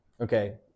Okay